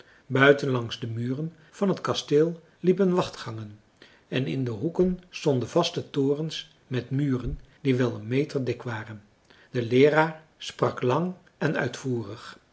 langs de muren van het kasteel liepen wachtgangen en in de hoeken stonden vaste torens met muren die wel een meter dik waren de leeraar sprak lang en uitvoerig